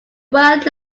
world